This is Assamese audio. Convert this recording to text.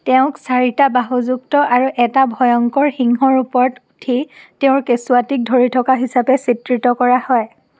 তেওঁক চাৰিটা বাহুযুক্ত আৰু এটা ভয়ংকৰ সিংহৰ ওপৰত উঠি তেওঁৰ কেঁচুৱাটিক ধৰি থকা হিচাপে চিত্ৰিত কৰা হয়